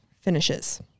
finishes